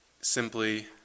simply